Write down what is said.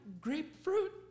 grapefruit